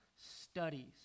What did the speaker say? studies